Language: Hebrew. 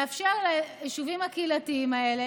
לאפשר ליישובים הקהילתיים האלה,